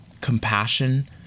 compassion